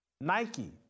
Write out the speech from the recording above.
Nike